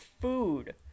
food